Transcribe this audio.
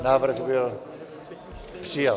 Návrh byl přijat.